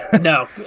No